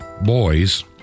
boys